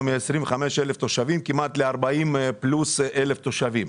מ-25,000 כמעט ל-40,000 ויותר תושבים.